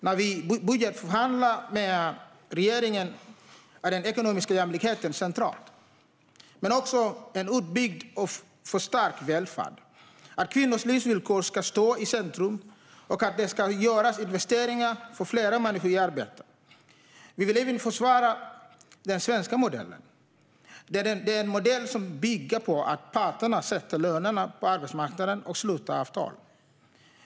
När vi budgetförhandlar med regeringen är den ekonomiska jämlikheten central. Men det handlar också om en utbyggd och förstärkt välfärd, att kvinnors livsvillkor ska stå i centrum och att det ska göras investeringar för fler människor i arbete. Vi vill även försvara den svenska modellen. Det är en modell som bygger på att parterna sätter lönerna på arbetsmarknaden och sluter avtal.